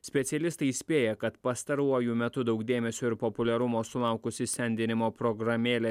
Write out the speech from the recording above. specialistai įspėja kad pastaruoju metu daug dėmesio ir populiarumo sulaukusi sendinimo programėlė